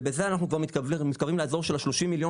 ובזה אנחנו כבר מתקרבים לאזור של ה- 30 מיליון